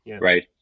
right